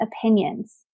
opinions